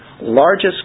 largest